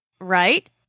right